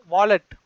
Wallet